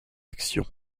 action